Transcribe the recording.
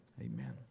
Amen